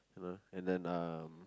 you know and then um